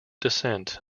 dissent